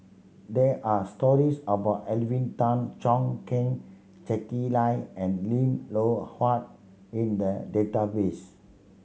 there are stories about Alvin Tan Cheong Kheng Jacky Lai and Lim Loh Huat in the database